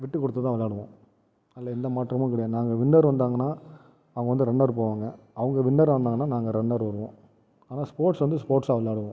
விட்டு கொடுத்து தான் விளையாடுவோம் அதில் எந்த மாற்றமும் கிடையாது நாங்கள் வின்னர் வந்தாங்கன்னா அவங்கள் வந்து ரன்னர் போவாங்கள் அவங்கள் வின்னர் ஆனாங்கன்னா நாங்கள் ரன்னர் வருவோம் ஆனால் ஸ்போர்ட்ஸ் வந்து ஸ்போர்ட்ஸாக விளையாடுவோம்